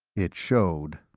it showed.